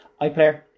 iPlayer